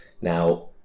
Now